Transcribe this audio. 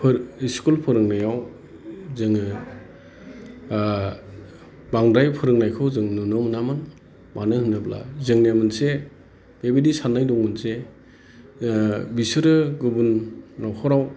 school फोरोंनायाव जोङो बांद्राय फोरोंनायखौ जों नुनो मोनामोन मानो होनोब्ला जोंनिया मोनसे बिबादि साननाय दंमोन जे बिसोरो गुबुन न'खराव